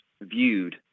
viewed